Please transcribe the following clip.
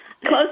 Close